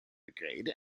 brigade